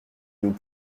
nous